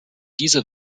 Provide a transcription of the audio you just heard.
diese